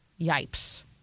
Yipes